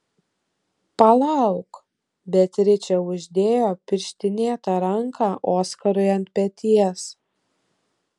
palauk beatričė uždėjo pirštinėtą ranką oskarui ant peties